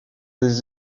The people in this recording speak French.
des